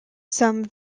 some